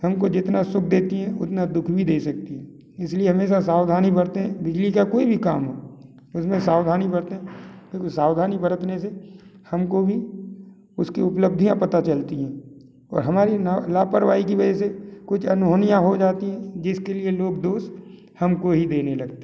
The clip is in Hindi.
हमको जितना सुख देती हैं उतना दुःख भी दे सकती हैं इसलिए हमेशा सावधानी बरतें बिजली का कोई भी काम हो उसमें सावधानी बरतें क्योंकि सावधानी बरतने से हमको भी उसकी उपलब्धियाँ पता चलती हैं तो हमारे लापरवाही की वजह से कुछ अनहोनियाँ हो जाती हैं जिसके लिए लोग दोष हमको ही देने लगे